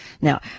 Now